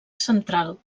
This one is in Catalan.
central